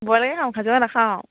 ব্ৰইলাৰেকে খাও নাখাওঁ